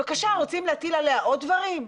רוצים להטיל עליה עוד דברים?